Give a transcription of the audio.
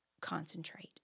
concentrate